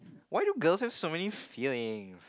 why do girls have so many feeling